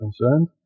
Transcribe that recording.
concerned